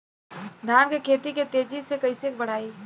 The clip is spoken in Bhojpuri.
धान क खेती के तेजी से कइसे बढ़ाई?